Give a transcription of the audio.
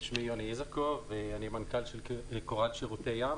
שמי יוני איזקוב, אני מנכ"ל של קוראל שירותי ים,